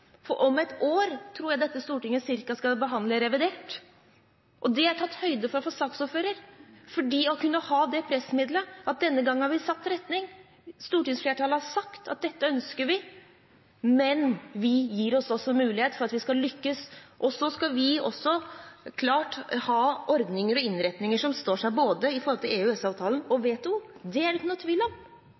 for om et år tror jeg dette stortinget skal behandle revidert, og det er det tatt høyde for av saksordføreren for å kunne ha det pressmidlet at denne gangen har vi satt retning, stortingsflertallet har sagt at dette ønsker vi, men vi gir oss også mulighet for at vi skal lykkes. Så skal vi også helt klart ha ordninger og innretninger som står seg både i forhold til EØS-avtalen og til WTO. Det er det ikke noen tvil om.